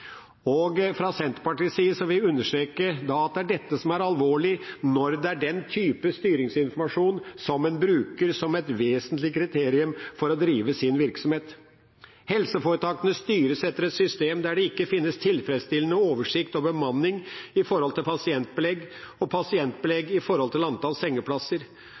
Fra Senterpartiets side vil vi understreke at det er dette som er alvorlig når det er den typen styringsinformasjon som en bruker som et vesentlig kriterium for å drive sin virksomhet. Helseforetakene styres etter et system der det ikke finnes tilfredsstillende oversikt over bemanning i forhold til pasientbelegg og pasientbelegg i forhold til antall sengeplasser.